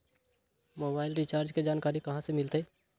Mobile recharge के जानकारी कहा से मिलतै?